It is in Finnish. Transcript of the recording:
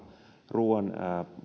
ruokaan